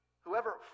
whoever